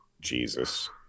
Jesus